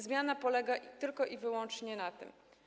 Zmiana polega tylko i wyłącznie na tym.